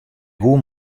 woe